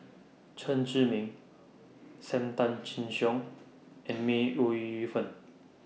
Chen Zhiming SAM Tan Chin Siong and May Ooi Yu Fen